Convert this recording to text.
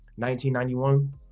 1991